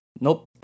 nope